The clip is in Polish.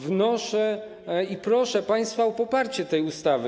Wnoszę, proszę państwa o poparcie tej ustawy.